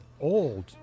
old